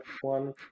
one